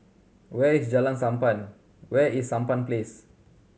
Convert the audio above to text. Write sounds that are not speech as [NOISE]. where is [UNINTELLIGIBLE] Sampan where is Sampan Place